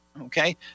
okay